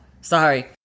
sorry